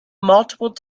multiple